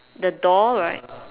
the door right